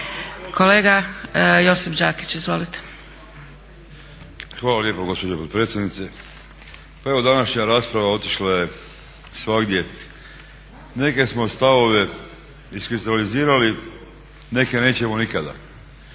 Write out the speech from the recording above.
Kolega Josip Đakić, izvolite. **Đakić, Josip (HDZ)** Hvala lijepa gospođo potpredsjednice. Pa evo današnja rasprava otišla je svagdje. Neke smo stavove iskristalizirali, neke nećemo nikada.